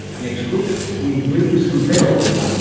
next week we ring some bells,